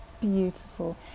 Beautiful